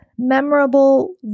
memorable